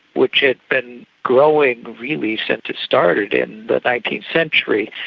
which had been growing really since it started in the nineteenth century,